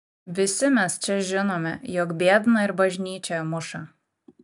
visi mes čia žinome jog biedną ir bažnyčioje muša